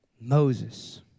Moses